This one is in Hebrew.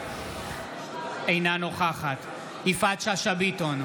אינה נוכחת יפעת שאשא ביטון,